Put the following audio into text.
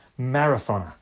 marathoner